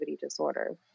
Disorder